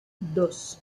dos